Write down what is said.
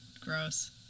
gross